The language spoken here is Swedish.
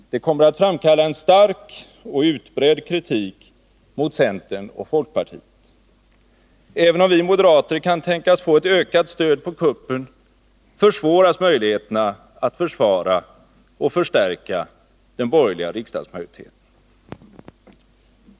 Det kommer att framkalla en stark och utbredd kritik mot centern och folkpartiet. Även om vi moderater kan tänkas få ett ökat stöd på kuppen, försvåras möjligheterna att försvara och förstärka den borgerliga riksdagsmajoriteten.